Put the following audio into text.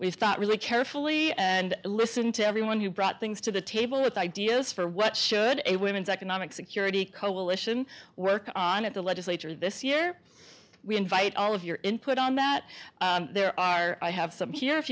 we've thought really carefully and listen to everyone who brought things to the table with ideas for what should a women's economic security coalition work on at the legislature this year we invite all of your input on that there are i have some here if